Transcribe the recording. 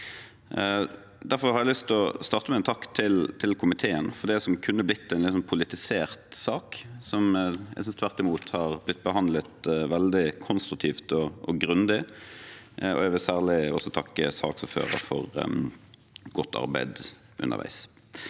Jeg vil særlig takke saksordføreren for godt arbeid underveis.